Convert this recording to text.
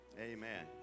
Amen